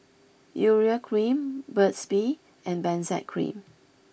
Urea cream Burt's bee and Benzac cream